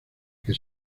que